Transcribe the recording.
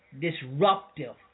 disruptive